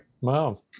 wow